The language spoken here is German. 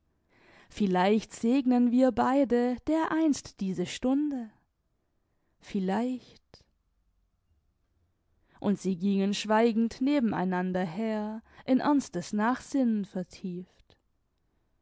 vielleicht segnen wir beide dereinst diese stunde vielleicht und sie gingen schweigend neben einander her in ernstes nachsinnen vertieft